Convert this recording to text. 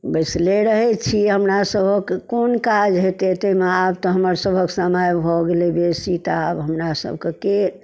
बैसले रहै छी हमरा सभक कोन काज हेतै तैमे आब तऽ हमर सभक समय भऽ गेलै बेसी तऽ आब हमरा सबके के